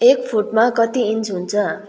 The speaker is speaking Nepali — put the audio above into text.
एक फुटमा कति इन्च हुन्छ